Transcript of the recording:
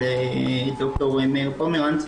של ד"ר מאיר פומברנץ,